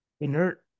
inert